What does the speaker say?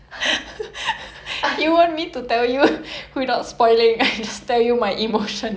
I forgot how great you are at briefly describing things next time right